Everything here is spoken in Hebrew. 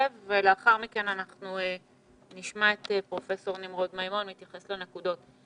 ולאחר מכן אנחנו נשמע את פרופ' נמרוד מימון מתייחס לנקודות.